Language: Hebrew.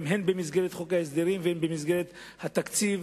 הן במסגרת חוק ההסדרים והן במסגרת התקציב,